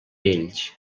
ells